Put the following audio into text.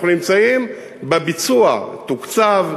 אנחנו נמצאים בביצוע שתוקצב,